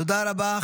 תודה רבה.